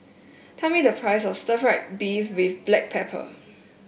tell me the price of Stir Fried Beef with Black Pepper